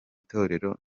itorero